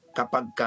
kapag